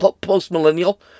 Post-millennial